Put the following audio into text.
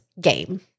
game